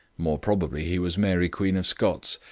more probably he was mary queen of scots.